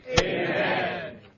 Amen